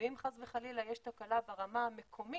אם חס וחלילה יש תקלה ברמה המקומית,